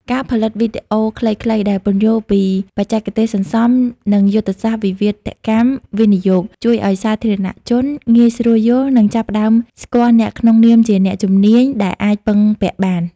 ការផលិតវីដេអូខ្លីៗដែលពន្យល់ពីបច្ចេកទេសសន្សំ និងយុទ្ធសាស្ត្រវិវិធកម្មវិនិយោគ ជួយឱ្យសាធារណជនងាយស្រួលយល់ និងចាប់ផ្ដើមស្គាល់អ្នកក្នុងនាមជាអ្នកជំនាញដែលអាចពឹងពាក់បាន។